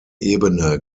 ebene